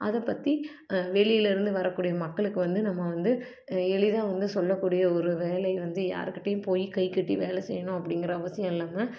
அதை பற்றி வெளிலருந்து வரக்கூடிய மக்களுக்கு வந்து நம்ம வந்து எளிதாக வந்து சொல்லக்கூடிய ஒரு வேலை வந்து யாருக்கிட்டையும் போய் கைகட்டி வேலை செய்யணும் அப்படிங்கிற அவசியம் இல்லாமல்